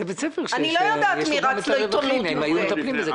אני לא יודעת מי רץ לעיתונות עם זה.